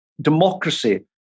democracy